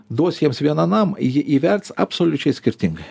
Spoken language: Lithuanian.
duosi jiems vieną namą jie įvertins absoliučiai skirtingai